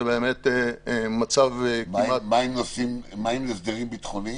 מה עם הסדרים ביטחוניים?